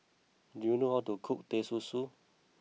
do you know how to cook Teh Susu